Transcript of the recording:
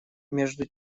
между